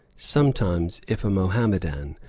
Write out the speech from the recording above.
sometimes, if a mohammedan,